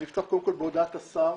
אני אפתח קודם כל בהודעת השר,